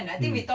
mm